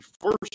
first